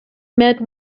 met